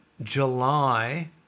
July